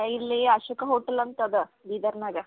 ಇಲ್ಲಿ ಅಶೋಕ ಹೋಟೆಲ್ ಅಂತ ಅದ ಬೀದರ್ನಾಗ